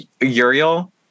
Uriel